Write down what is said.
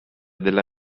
della